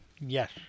Yes